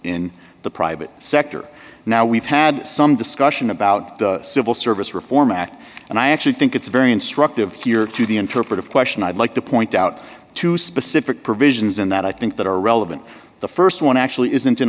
in the private sector now we've had some discussion about the civil service reform act and i actually think it's very instructive here to the interpretive question i'd like to point out two specific provisions in that i think that are relevant the st one actually isn't in